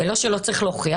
ולא שלא צריך להוכיח.